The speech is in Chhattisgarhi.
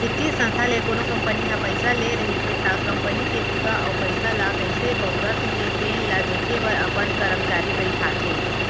बित्तीय संस्था ले कोनो कंपनी ह पइसा ले रहिथे त कंपनी के बूता अउ पइसा ल कइसे बउरत हे तेन ल देखे बर अपन करमचारी बइठाथे